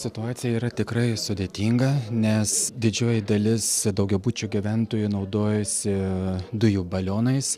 situacija yra tikrai sudėtinga nes didžioji dalis daugiabučių gyventojų naudojasi dujų balionais